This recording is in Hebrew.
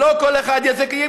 ולא כל אחד יעשה,